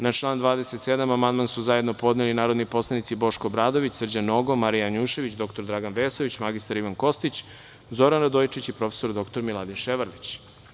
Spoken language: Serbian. Na član 27. amandman su zajedno podneli narodni poslanici Boško Obradović, Srđan Nogo, Marija Janjušević, dr Dragan Vesović, mr Ivan Kostić, Zoran Radojičić i prof. dr Miladin Ševarlić.